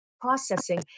processing